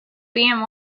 being